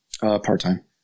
Part-time